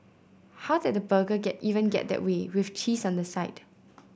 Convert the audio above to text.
how did the burger even get that way with cheese on the side